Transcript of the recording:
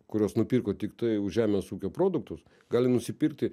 kuriuos nupirko tiktai už žemės ūkio produktus gali nusipirkti